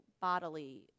bodily